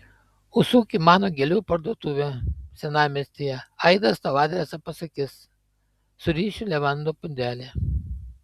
užsuk į mano gėlių parduotuvę senamiestyje aidas tau adresą pasakys surišiu levandų pundelį